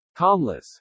Calmless